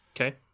Okay